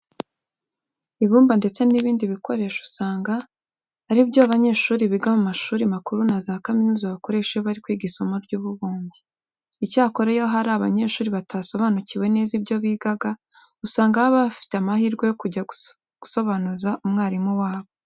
Ibumba ndetse n'ibindi bikoresho usanga ari byo abanyeshuri biga mu mashuri makuru na za kaminuza bakoresha iyo bari kwiga isomo ry'ububumbyi. Icyakora iyo hari abanyeshuri batasobanukiwe neza ibyo bigaga, usanga baba bafite amahirwe yo kujya kubisobanuza umwarimu wabo.